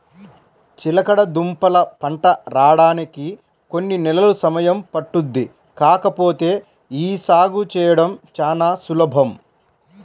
చిలకడదుంపల పంట రాడానికి కొన్ని నెలలు సమయం పట్టుద్ది కాకపోతే యీ సాగు చేయడం చానా సులభం